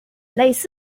类似